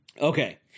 Okay